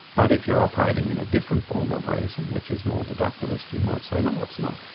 but if you're operating in a different form of reason which is more deductivist, you might say no, it's not.